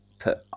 put